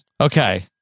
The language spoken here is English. okay